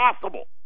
possible